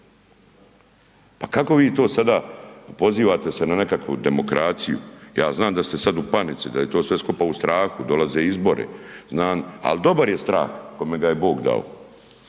Pa kako vi to sada pozivate se na nekakvu demokraciju. Ja znam da ste sada u panici, da je to sve skupa u strahu, dolaze izbori znan, al dobar je strah kome ga je Bog dao,